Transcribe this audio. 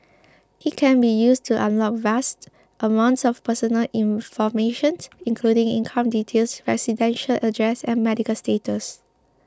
it can be used to unlock vast amounts of personal information including income details residential address and medical status